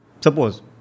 suppose